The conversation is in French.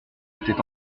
était